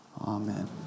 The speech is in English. Amen